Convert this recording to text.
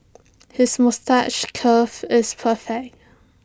his moustache curve is perfect